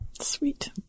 Sweet